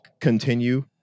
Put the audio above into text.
continue